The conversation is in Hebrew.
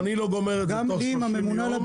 אם אני לא גומר את זה תוך 30 יום.